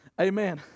Amen